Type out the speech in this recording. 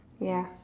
ya